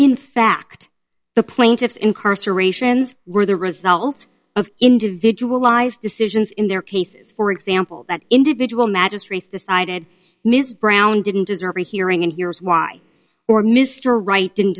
in fact the plaintiffs incarcerations were the result of individual lives decisions in their cases for example that individual magistrates decided mr brown didn't deserve a hearing and here's why or mr wright didn't